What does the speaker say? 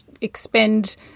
expend